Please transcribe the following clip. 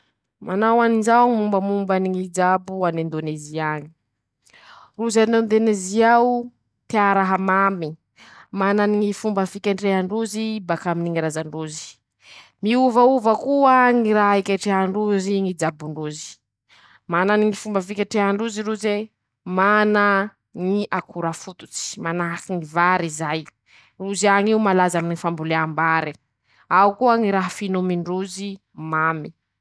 Manao anizao ñy mombamombany ñy jabo an'Indônezia añy: -Rozy an'Indônezia ao ,tea raha mamy ,manany ñy fomba fiketrehan-drozy bakaminy ñy razan-drozy; miovaova koa ñy raha iketrehan-drozy ñy jabon-drozy ,manany ñy fomba fiketrehan-drozy roze ,mana ñy akora fototsy ,manahaky ñy vary zay ,rozy añy io malaza aminy ñy famboleam-bare ;ao koa ñy raha finomindrozy mamy.